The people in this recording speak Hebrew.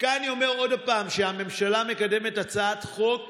וכאן אני אומר עוד פעם שהממשלה מקדמת הצעת חוק